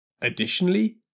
Additionally